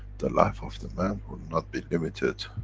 the life of the man will not be limited,